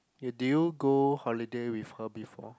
you did you go holiday with her before